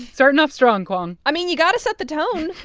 starting off strong, kwong i mean, you got to set the tone.